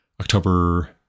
October